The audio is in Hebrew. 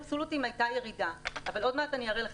במספרים אבסולוטיים הייתה ירידה אבל עוד מעט אני אראה לכם.